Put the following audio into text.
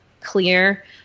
clear